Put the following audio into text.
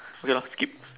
okay lor skip